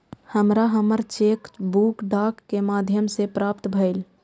हमरा हमर cheque book डाक के माध्यम से प्राप्त भईल